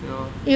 对 lor